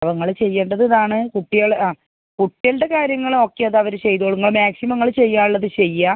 ആ നിങ്ങള് ചെയ്യേണ്ടത് ഇതാണ് കുട്ടികള് ആ കുട്ടികളുടെ കാര്യങ്ങൾ ഒക്കെ അതവര് ചെയ്തോളും നിങ്ങൾ മാക്സിമം നിങ്ങള് ചെയ്യാനുള്ളത് ചെയ്യുക